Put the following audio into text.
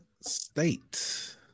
state